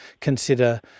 consider